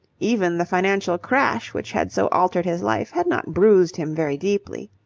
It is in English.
even the financial crash which had so altered his life had not bruised him very deeply.